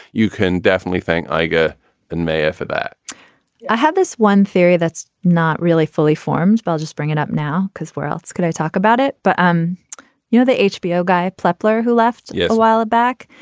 you can definitely think iger and mayer for that i have this one theory that's not really fully formed. i'll just bring it up now because where else can i talk about it? but um you know, the hbo guy plepler, who left. yes. while back,